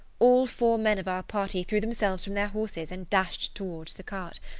all four men of our party threw themselves from their horses and dashed towards the cart.